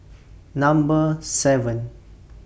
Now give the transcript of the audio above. Number seven